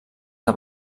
que